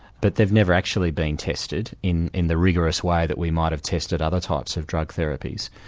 but they've never actually been tested in in the rigorous way that we might have tested other types of drug therapies.